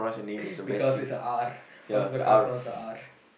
because it's a R a lot people can't pronounce the R